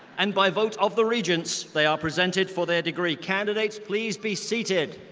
and by vote of the regents, they are presented for their degree. candidates, please be seated.